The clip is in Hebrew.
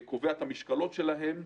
קובע את המשקלות שלהם,